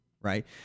right